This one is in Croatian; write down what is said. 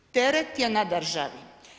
Teret je na državi.